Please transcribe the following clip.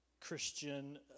Christian